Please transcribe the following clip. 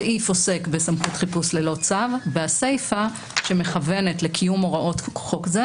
הסעיף עוסק בסמכות חיפוש ללא צו והסיפא שמכוונת לקיום הוראות חוק זה,